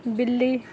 ਬਿੱਲੀ